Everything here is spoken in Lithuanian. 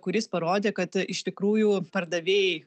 kuris parodė kad iš tikrųjų pardavėjai